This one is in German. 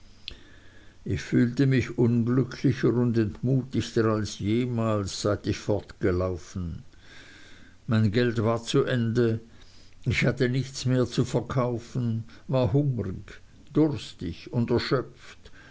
ich fühlte mich unglücklicher und entmutigter als jemals seit ich fortgelaufen mein geld war zu ende ich hatte nichts mehr zu verkaufen war hungrig durstig und erschöpft